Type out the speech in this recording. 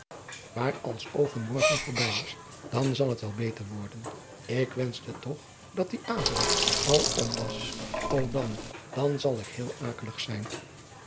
maar als overmorgen voorbij is dan zal het wel beter worden ik wenschte toch dat die avond al om was ô dan dan zal ik heel akelig zijn